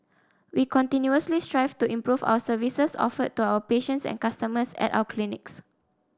we continuously strive to improve our services offered to our patients and customers at our clinics